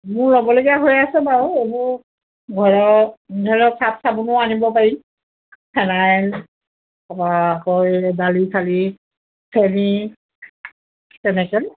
মোৰ ল'বলগীয়া হৈ আছে বাৰু মোৰ ঘৰৰ ধৰক ছাৰ্ফ চাবোনো আনিব পাৰিম ফেনাইল তাৰপা আকৌ দালি চালি চেনি তেনেকৈ